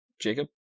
Jacob